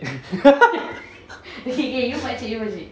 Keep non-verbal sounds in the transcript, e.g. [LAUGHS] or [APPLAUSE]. [LAUGHS]